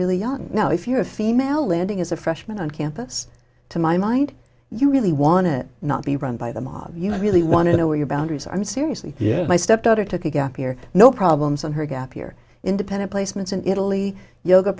really young now if you're a female landing as a freshman on campus to my mind you really want to not be run by the mob you really want to know where your boundaries are i'm seriously yeah my step daughter took a gap year no problems on her gap year independent placements in italy yoga